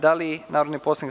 Da li narodni poslanik